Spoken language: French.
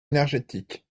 énergétique